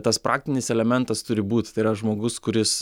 tas praktinis elementas turi būt tai yra žmogus kuris